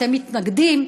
ואתם מתנגדים,